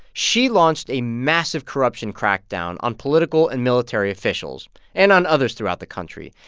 xi launched a massive corruption crackdown on political and military officials and on others throughout the country.